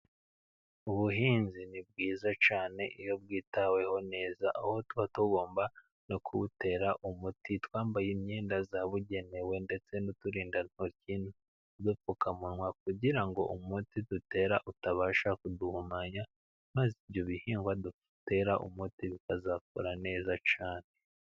Ubuhinzi ni bwiza cyane iyo bwitaweho neza, aho tuba tugomba no kubutera umuti, twambaye imyenda yabugenewe, ndetse n'uturindantoki, n'upfukamunwa, kugira ngo umuti dutera utabasha kuduhumanya, maze ibyo bihingwa dutera umuti bikazakura neza cyane.